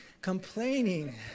Complaining